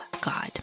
God